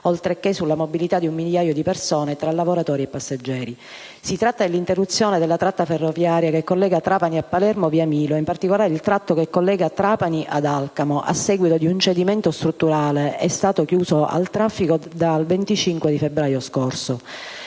oltre che sulla mobilità di un migliaio di persone tra lavoratori e passeggeri. Si tratta dell'interruzione della tratta ferroviaria che collega Trapani a Palermo, via Milo. In particolare, il tratto che collega Trapani ad Alcamo, a seguito di un cedimento strutturale, è stato chiuso al traffico dal 25 febbraio scorso.